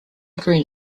green